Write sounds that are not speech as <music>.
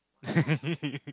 <laughs>